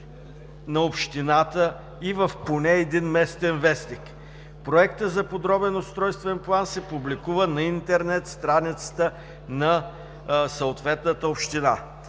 на общината и в поне един местен вестник. Проектът за подробен устройствен план се публикува на интернет страницата на съответната община“.